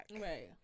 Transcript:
Right